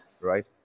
right